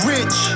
Rich